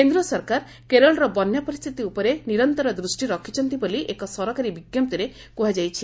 କେନ୍ଦ୍ର ସରକାର କେରଳର ବନ୍ୟା ପରିସ୍ଥିତି ଉପରେ ନିରନ୍ତର ଦୃଷ୍ଟି ରଖିଛନ୍ତି ବୋଳି ଏକ ସରକାରୀ ବିଜ୍ଞପ୍ତିରେ କୁହାଯାଇଛି